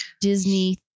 Disney